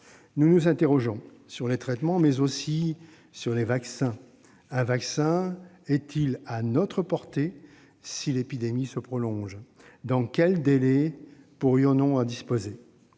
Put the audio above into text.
Nous nous interrogeons sur les traitements, mais aussi sur les vaccins. Un vaccin est-il à notre portée si l'épidémie se prolonge ? Dans quels délais pourrions-nous en disposer ?